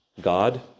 God